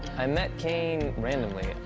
i met caine randomly.